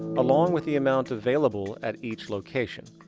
along with the amount available at each location.